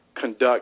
conduct